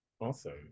Awesome